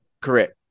Correct